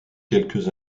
quelques